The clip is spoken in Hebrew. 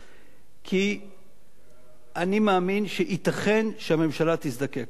כי אני מאמין שייתכן שהממשלה תזדקק לו.